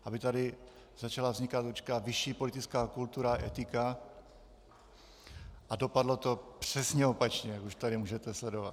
Aby tady začala vznikat určitá vyšší politická kultura, etika a dopadlo to přesně opačně, jak už tady můžete sledovat.